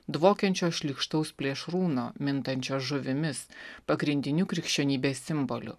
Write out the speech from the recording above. dvokiančio šlykštaus plėšrūno mintančio žuvimis pagrindiniu krikščionybės simboliu